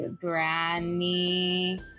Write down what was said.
Granny